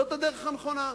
זאת הדרך הנכונה.